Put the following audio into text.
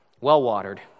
well-watered